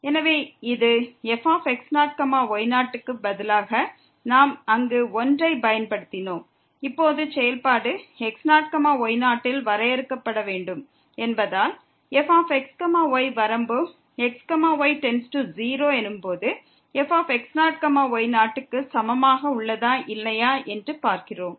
எனவே இது fx0 y0 க்கு பதிலாக நாம் அங்கு 1 ஐப் பயன்படுத்தினோம் இப்போது செயல்பாடு x0 y0 இல் வரையறுக்கப்பட வேண்டும் என்பதால் fx y வரம்பு x y→0 எனும்போது fx0 y0 க்கு சமமாக உள்ளதா இல்லையா என்று பார்க்கிறோம்